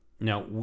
Now